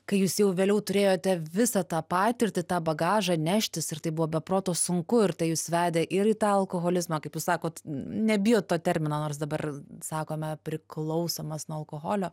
kai jūs jau vėliau turėjote visą tą patirtį tą bagažą neštis ir tai buvo be proto sunku ir tai jus vedė ir į tą alkoholizmą kaip jūs sakot nebijot to termino nors dabar sakome priklausomas nuo alkoholio